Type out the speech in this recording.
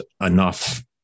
enough